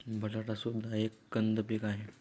बटाटा सुद्धा एक कंद पीक आहे